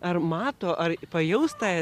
ar mato ar pajaus tą